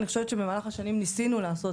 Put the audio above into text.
אני חושבת שבמהלך השנים ניסינו לעשות